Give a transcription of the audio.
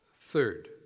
Third